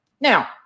Now